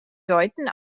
deuten